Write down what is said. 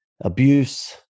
abuse